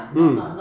mm